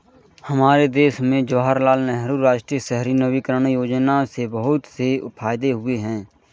हमारे देश में जवाहरलाल नेहरू राष्ट्रीय शहरी नवीकरण योजना से बहुत से फायदे हुए हैं